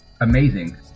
Amazing